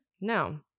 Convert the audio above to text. No